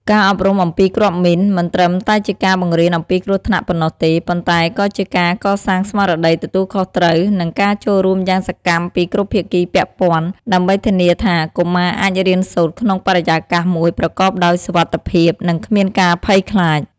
ការអប់រំអំពីគ្រាប់មីន មិនត្រឹមតែជាការបង្រៀនអំពីគ្រោះថ្នាក់ប៉ុណ្ណោះទេ ប៉ុន្តែក៏ជាការកសាងស្មារតីទទួលខុសត្រូវ និងការចូលរួមយ៉ាងសកម្មពីគ្រប់ភាគីពាក់ព័ន្ធ ដើម្បីធានាថាកុមារអាចរៀនសូត្រក្នុងបរិយាកាសមួយប្រកបដោយសុវត្ថិភាព និងគ្មានការភ័យខ្លាច។